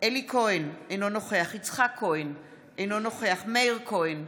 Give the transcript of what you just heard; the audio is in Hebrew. אלי כהן, אינו נוכח יצחק כהן, אינו נוכח מאיר כהן,